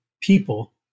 people